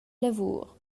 lavur